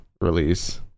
release